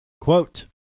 Quote